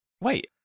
wait